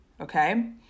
okay